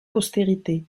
postérité